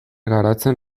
garatzen